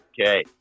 okay